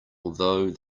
although